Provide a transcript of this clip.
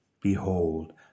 Behold